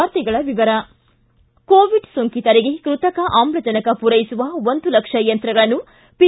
ವಾರ್ತೆಗಳ ವಿವರ ಕೋವಿಡ್ ಸೋಂಕಿತರಿಗೆ ಕೃತಕ ಆಮ್ಲಜನಕ ಮೂರೈಸುವ ಒಂದು ಲಕ್ಷ ಯಂತ್ರಗಳನ್ನು ಪಿ